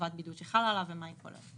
חובת הבידוד שחלה עליו ומה היא כוללת.